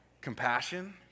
Compassion